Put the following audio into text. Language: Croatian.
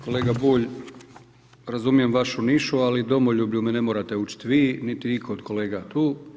Kolega Bulj, razumijem vašu nišu, ali domoljublju me ne morate učit vi, niti itko od kolega tu.